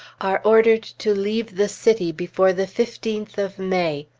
are ordered to leave the city before the fifteenth of may.